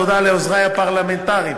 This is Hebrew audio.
תודה לעוזרי הפרלמנטריים,